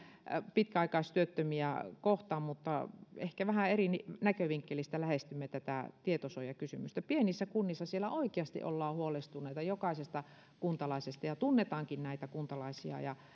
pitkäaikaistyöttömiä kohtaan mutta ehkä vähän eri näkövinkkelistä lähestymme tätä tietosuojakysymystä pienissä kunnissa oikeasti ollaan huolestuneita jokaisesta kuntalaisesta ja tunnetaankin näitä kuntalaisia ja